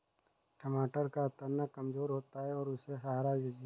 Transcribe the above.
टमाटर का तना कमजोर होता है और उसे सहारा चाहिए